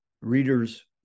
readers